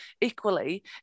equally